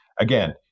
Again